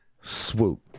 swoop